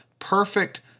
perfect